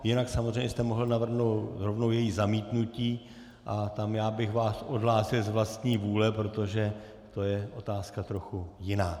Jinak samozřejmě jste mohl navrhnout rovnou její zamítnutí a tam já bych vás odhlásil z vlastní vůle, protože to je otázka trochu jiná.